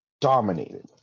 dominated